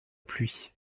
pluie